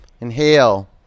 Inhale